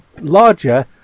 larger